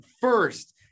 First